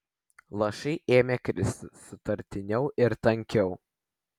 lašai ėmė kristi sutartiniau ir tankiau